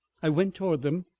i went toward them,